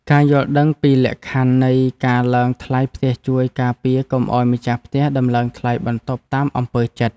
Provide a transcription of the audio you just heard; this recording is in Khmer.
ការយល់ដឹងពីលក្ខខណ្ឌនៃការឡើងថ្លៃផ្ទះជួយការពារកុំឱ្យម្ចាស់ផ្ទះតម្លើងថ្លៃបន្ទប់តាមអំពើចិត្ត។